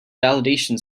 validation